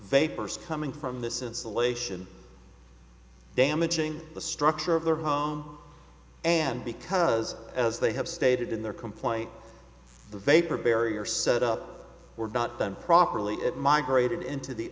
vapors coming from this insulation damaging the structure of their home and because as they have stated in their complaint the vapor barrier set up we're not them properly it migrated into the